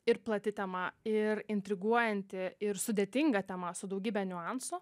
ir plati tema ir intriguojanti ir sudėtinga tema su daugybe niuansų